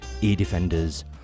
E-Defenders